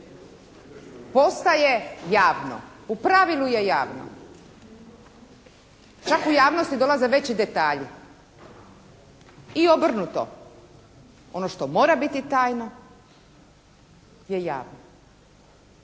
postaje javno. U pravilu je javno. Čak u javnosti dolaze veći detalji i obrnuto. Ono što mora biti tajna je javno.